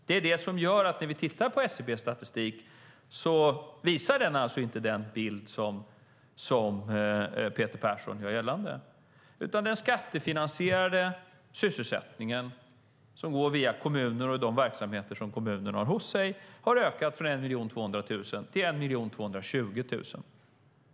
Det leder till att SCB:s statistik inte visar den bild som Peter Persson gör gällande, utan den skattefinansierade sysselsättningen som går via kommuner och kommunernas verksamheter har ökat från 1 200 000 till 1 220 000.